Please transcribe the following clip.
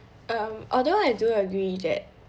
um although I do agree that